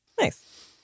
Nice